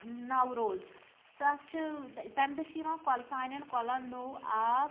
نوروز تَتھ چھِ تَمہِ دۄہ چھُ یوان کۄ سانیٚن کۄلَن نوٚو آب